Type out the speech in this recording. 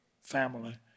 family